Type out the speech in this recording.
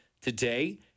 today